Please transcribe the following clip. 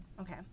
Okay